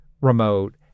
remote